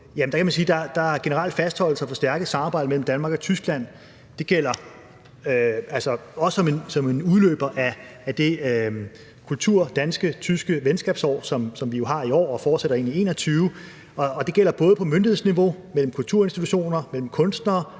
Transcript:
er generel fastholdelse og et forstærket samarbejde mellem Danmark og Tyskland noget, der også gælder som en udløber af det dansk-tyske venskabsår, som vi har i år, og som fortsætter ind i 2021. Og det gælder både på myndighedsniveau, mellem kulturinstitutioner og mellem kunstnere